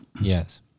Yes